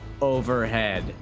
overhead